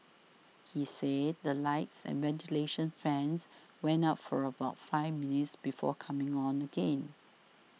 he said the lights and ventilation fans went out for about five minutes before coming on again